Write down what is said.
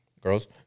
girls